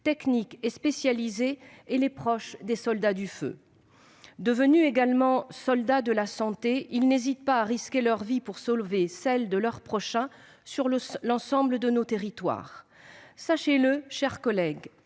techniques et spécialisés et les proches des soldats du feu. Devenus également soldats de la santé, ils n'hésitent pas à risquer leur vie pour sauver celle de leur prochain, sur l'ensemble de nos territoires. Sachez-le, mes chers collègues,